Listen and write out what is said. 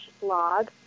blog